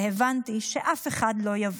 והבנתי שאף אחד לא יבוא,